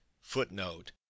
footnote